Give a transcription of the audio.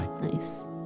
Nice